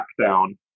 Lockdown